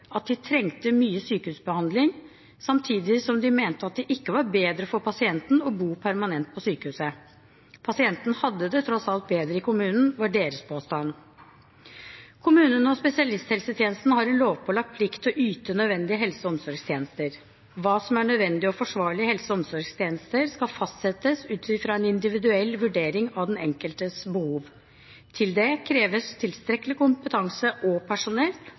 at de trengte mye sykehusbehandling, samtidig som de mente at det ikke var bedre for pasienten å bo permanent på sykehuset. Pasienten hadde det tross alt bedre i kommunen, var deres påstand. Kommunene og spesialisthelsetjenesten har en lovpålagt plikt til å yte nødvendige helse- og omsorgstjenester. Hva som er en nødvendig og forsvarlig helse- og omsorgstjeneste, skal fastsettes ut fra en individuell vurdering av den enkeltes behov. Til det kreves tilstrekkelig kompetanse og personell